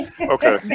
okay